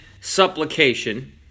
supplication